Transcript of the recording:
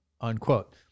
unquote